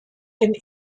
and